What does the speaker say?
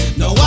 no